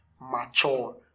mature